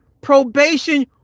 probation